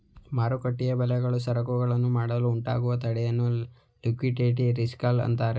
ಮಾರುಕಟ್ಟೆ ಬೆಲೆಗಳು ಸರಕುಗಳನ್ನು ಮಾಡಲು ಉಂಟಾಗುವ ತಡೆಯನ್ನು ಲಿಕ್ವಿಡಿಟಿ ರಿಸ್ಕ್ ಅಂತರೆ